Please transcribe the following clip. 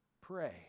pray